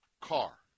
car